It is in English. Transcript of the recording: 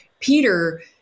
peter